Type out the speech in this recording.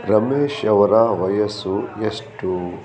ರಮೇಶ್ ಅವರ ವಯಸ್ಸು ಎಷ್ಟು